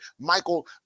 Michael